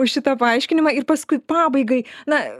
už šitą paaiškinimą ir paskui pabaigai na